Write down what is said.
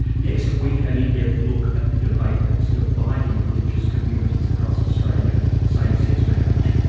next week an in-depth look at the debate that's dividing religious communities across australia same sex marriage.